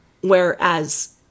Whereas